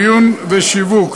מיון ושיווק),